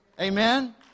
amen